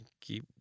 keep